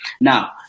Now